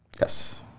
yes